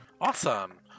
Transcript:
Awesome